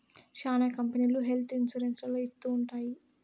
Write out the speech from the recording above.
శ్యానా కంపెనీలు health insurance లలో ఇత్తూ ఉంటాయి